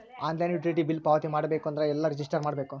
Online utility bill ಪಾವತಿ ಮಾಡಬೇಕು ಅಂದ್ರ ಎಲ್ಲ ರಜಿಸ್ಟರ್ ಮಾಡ್ಬೇಕು?